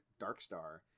Darkstar